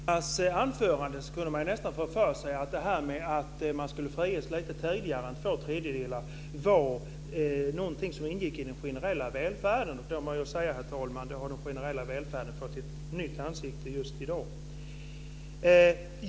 Herr talman! Av Yilmaz Kerimos anförande kan man nästan få för sig att det här med frigivning lite tidigare än efter två tredjedelar av anstaltstiden är något som ingår i den generella välfärden. I så fall, herr talman, har den generella välfärden fått ett nytt ansikte just i dag.